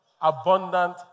abundant